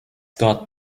got